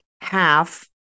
half